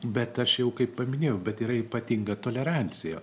bet aš jau kaip paminėjau bet yra ypatinga tolerancija